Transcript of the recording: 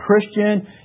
Christian